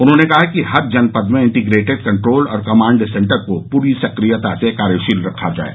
उन्होंने कहा कि हर जनपद में इंटीग्रेटेड कंट्रोल और कमांड सेन्टर को पूरी सक्रियता से कार्यशील रखा जाये